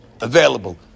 available